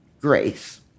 grace